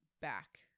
back